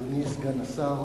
תודה, אדוני סגן השר,